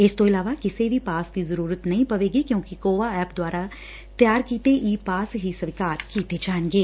ਇਸ ਤੋਂ ਇਲਾਵਾ ਕਿਸੇ ਵੀ ਪਾਸ ਦੀ ਜ਼ਰੁਰਤ ਨਹੀ ਪਵੇਗੀ ਕਿਉਂਕਿ ਕੋਵਾ ਐਪ ਦੁਆਰਾ ਤਿਆਰ ਕੀਤੇ ਈ ਪਾਸ ਹੀ ਸਵੀਕਾਰ ਕੀਤੇ ਜਾਣਗੇ